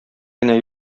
генә